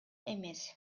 эмес